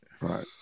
right